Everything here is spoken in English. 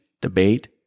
debate